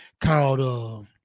called